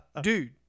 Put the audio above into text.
Dude